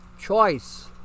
choice